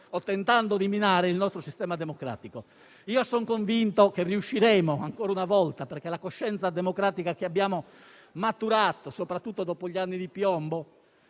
o tentando di minare il nostro sistema democratico. Personalmente, sono convinto che ci riusciremo ancora una volta, perché credo che la coscienza democratica che abbiamo maturato, soprattutto dopo gli anni di piombo,